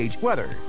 weather